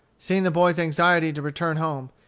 seeing the boy's anxiety to return home,